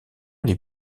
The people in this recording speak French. les